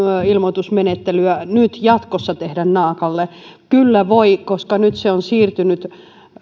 ilmoitusmenettelyä nyt jatkossa tehdä naakalle kyllä voi koska nyt se on siirtynyt